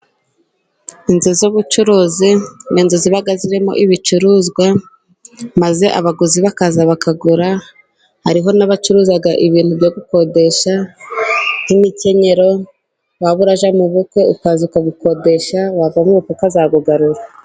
Inzu z'ubucuruzi ni inzu ziba zirimo ibicuruzwa maze abaguzi bakaza bakagura, hariho n'abacuruza ibintu byo gukodesha nk'imikenyero waba uri bujye mu bukwe ukaza ukawukodesha wavayo ukazawugarura.